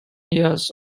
years